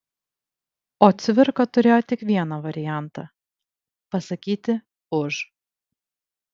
o cvirka turėjo tik vieną variantą pasakyti už